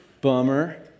Bummer